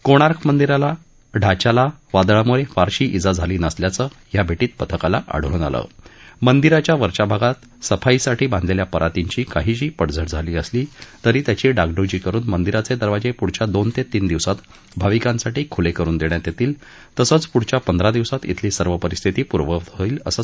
कोणार्क मर्दिशाच्या ढाच्याला वादळामुळे फारशी इजा झाली नसल्याच्या भेटीत पथकाला आढळून आल केशियच्या वरच्या भागात सफाईसाठी बाध्यमेल्या परातींची काहीशी पडझड झाली असली तरी त्याची डागडुजी करुन मरिशाचे दरवाजे पुढच्या दोन ते तीन दिवसात्त्विभाविकास्तिठी खुले करून देण्यात येतील तसद्यपुढच्या पद्धता दिवसात िक्वली सर्व परिस्थिती पूर्ववत होईल अससिरकारन स्पिष्ट केल आहे